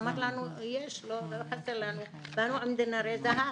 אמר: יש לנו, לא חסר לנו, באנו עם דינרי זהב.